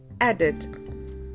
added